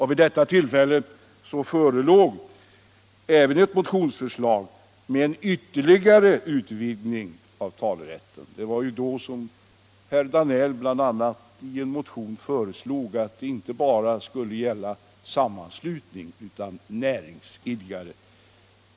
Vid detta tillfälle förelåg även ett motionsförslag Onsdagen den om en ytterligare utvidgning av talerätten — herr Danell hade i en motion 25 februari 1976 föreslagit att talerätten skulle gälla inte bara en sammanslutning utan även näringsidkare.